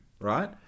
right